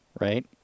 right